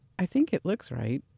i think it looks right.